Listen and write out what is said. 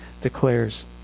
declares